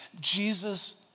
Jesus